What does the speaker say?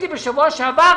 לאיבוד.